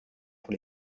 pour